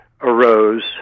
arose